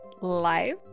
life